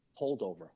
holdover